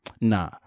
nah